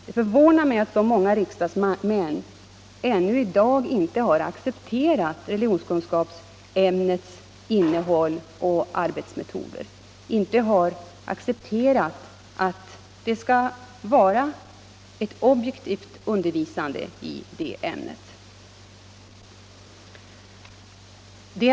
Det förvånar mig att så många riksdagsledamöter ännu i dag inte har accepterat religionskunskapsämnets innehåll och arbetsmetoder, inte har accepterat att det skall vara ett objektivt undervisande i det ämnet.